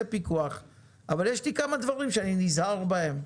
פיקוח אבל יש לי כמה דברים שאני נזהר בהם.